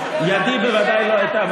ידי ודאי לא הייתה,